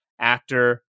actor